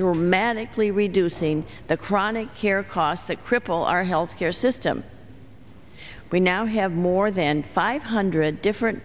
dramatically reducing the chronic care costs that cripple our health care system we now have more than five hundred different